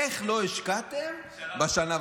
איך לא השקעתם בשנה וחצי?